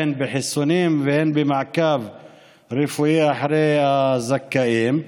הן בחיסונים והן במעקב רפואי אחרי הזכאים להם.